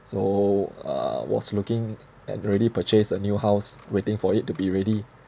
so uh was looking and already purchased a new house waiting for it to be ready